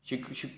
she could